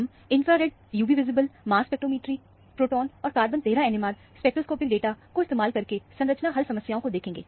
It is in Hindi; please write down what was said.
हम infrared UV visible mass spectrometry proton और कार्बन 13 NMR स्पेक्ट्रोस्कोपिक डाटा को इस्तेमाल करके संरचना हल समस्याओं को देखेंगे